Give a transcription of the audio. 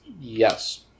Yes